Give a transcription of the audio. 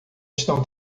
estão